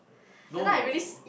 no